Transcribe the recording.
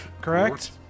correct